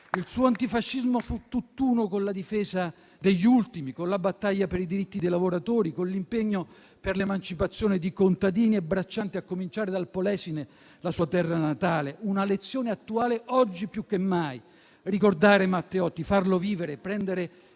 Il suo antifascismo fu tutt'uno con la difesa degli ultimi, con la battaglia per i diritti dei lavoratori e con l'impegno per l'emancipazione di contadini e braccianti, a cominciare dal Polesine, la sua terra natale; una lezione attuale, oggi più che mai. Ricordare Matteotti, farlo vivere e prendere